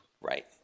Right